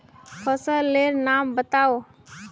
फसल लेर नाम बाताउ?